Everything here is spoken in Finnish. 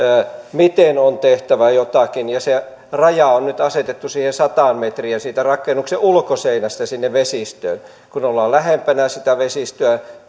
miten on tehtävä jotakin ja se raja on nyt asetettu siihen sataan metriin siitä rakennuksen ulkoseinästä sinne vesistöön kun ollaan lähempänä sitä vesistöä